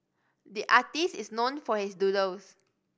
the artist is known for his doodles